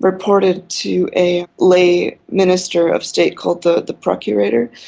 reported to a lay minister of state called the the procurator,